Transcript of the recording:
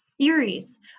series